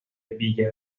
villa